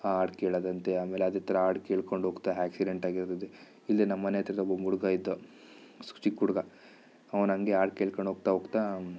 ಹಾಡು ಕೇಳೊದಂತೆ ಆಮೇಲೆ ಅದೇ ಥರ ಹಾಡು ಕೇಳ್ಕೊಂಡು ಹೋಗ್ತಾ ಆ್ಯಕ್ಸಿಡೆಂಟ್ ಆಗಿರೋದಿದೆ ಇಲ್ಲೆ ನಮ್ಮನೆ ಹತ್ರದ ಒಬ್ಬ ಹುಡ್ಗ ಇದ್ದ ಚಿಕ್ಕ ಹುಡ್ಗ ಅವನು ಹಂಗೆ ಹಾಡು ಕೇಳ್ಕೊಂಡು ಹೋಗ್ತಾ ಹೋಗ್ತಾ